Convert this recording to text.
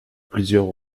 plusieurs